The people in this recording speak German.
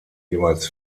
jeweils